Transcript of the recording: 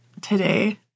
today